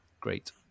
great